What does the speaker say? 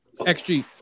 XG